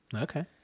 Okay